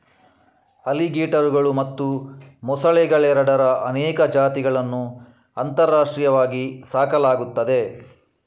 ಅಲಿಗೇಟರುಗಳು ಮತ್ತು ಮೊಸಳೆಗಳೆರಡರ ಅನೇಕ ಜಾತಿಗಳನ್ನು ಅಂತಾರಾಷ್ಟ್ರೀಯವಾಗಿ ಸಾಕಲಾಗುತ್ತದೆ